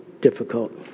difficult